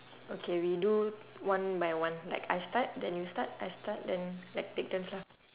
okay we do one by one like I start then you start I start then like take turns lah